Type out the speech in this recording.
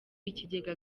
ikigega